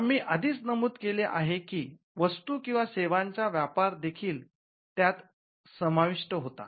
आम्ही आधीच नमूद केले आहे की वस्तू किंवा सेवांचा व्यापार देखील यात समाविष्ट होतो